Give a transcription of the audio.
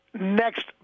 next